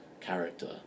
character